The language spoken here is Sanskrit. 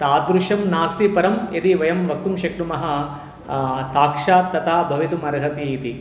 तादृशं नास्ति परं यदि वयं वक्तुं शक्नुमः साक्षात् तथा भवितुमर्हति इति